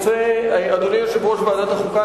אדוני יושב-ראש ועדת החוקה,